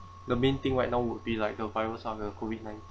the main thing right now would be like the virus ah the COVID nineteen